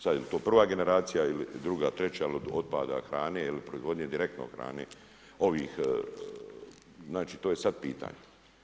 Sada jel je to prva generacija ili druga, treća ili otpada hrane ili proizvodnje direktno od hrane ovih znači to je sada pitanje.